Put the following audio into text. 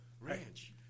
Ranch